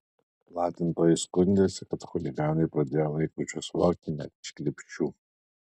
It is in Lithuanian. platintojai skundėsi kad chuliganai pradėjo laikraščius vogti net iš krepšių